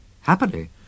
Happily